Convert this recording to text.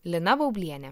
lina baublienė